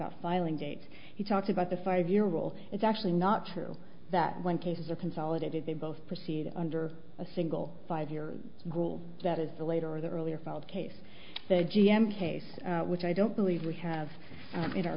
out filing date he talked about the five year rule it's actually not true that when cases are consolidated they both proceed under a single five year goal that is the later the earlier filed case the g m case which i don't believe we have in our